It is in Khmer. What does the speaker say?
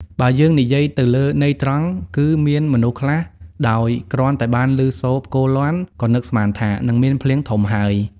បើយើងនិយាយទៅលើន័យត្រង់ គឺមានមនុស្សខ្លះដោយគ្រាន់តែបានឮសូរផ្គរលាន់ ក៏នឹងស្មានថា នឹងមានភ្លៀងធំហើយ ។